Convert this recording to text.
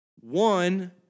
one